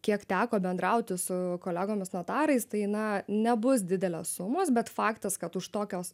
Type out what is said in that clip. kiek teko bendrauti su kolegomis notarais tai na nebus didelės sumos bet faktas kad už tokios